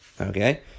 Okay